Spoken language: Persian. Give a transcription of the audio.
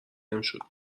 نمیشد